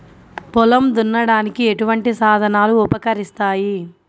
పొలం దున్నడానికి ఎటువంటి సాధనాలు ఉపకరిస్తాయి?